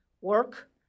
work